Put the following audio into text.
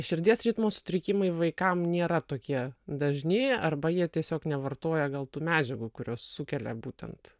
širdies ritmo sutrikimai vaikam nėra tokie dažni arba jie tiesiog nevartoja gal tų medžiagų kurios sukelia būtent